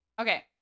Okay